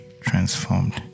transformed